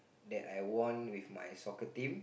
that I won with my soccer team